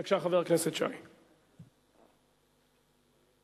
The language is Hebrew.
בבקשה, חבר הכנסת נחמן שי.